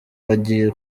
bagiye